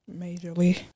majorly